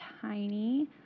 tiny